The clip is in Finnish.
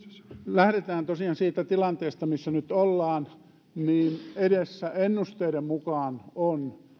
lähdetään tosiaan siitä tilanteesta missä nyt ollaan niin ennusteiden mukaan edessä on